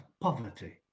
poverty